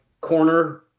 corner